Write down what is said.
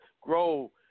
grow